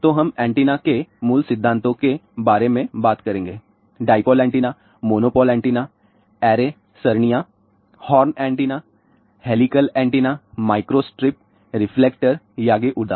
तो हम एंटेना के मूल सिद्धांतों के बारे में बात करेंगे डाइपोल एंटीना मोनोपोल एंटीना सरणियां horn antenna helical antenna microstrip reflector Yagi उदा